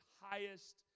highest